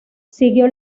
siguió